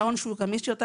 בשעון גמיש יותר,